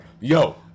yo